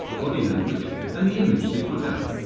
body language and the image they put out.